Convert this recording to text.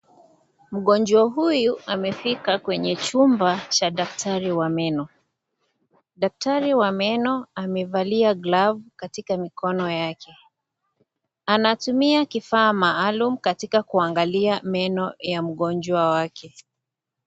Mgonjwa huyu, amefika kwenye chumba cha daktari wa meno. Daktari wa meno amevalia glovu katika mikono yake. Anatumia kifaa maalum katika kuangalia meno ya mgonjwa wake.